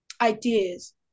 ideas